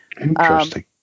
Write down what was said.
Interesting